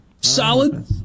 Solid